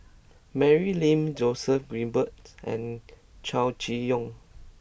Mary Lim Joseph Grimberg and Chow Chee Yong